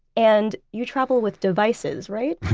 and you travel with devices, right?